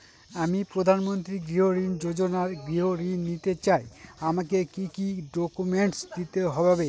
আমি প্রধানমন্ত্রী গৃহ ঋণ যোজনায় গৃহ ঋণ নিতে চাই আমাকে কি কি ডকুমেন্টস দিতে হবে?